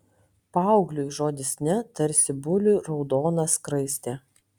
paaugliui žodis ne tarsi buliui raudona skraistė